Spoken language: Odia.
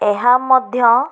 ଏହା ମଧ୍ୟ